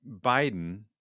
Biden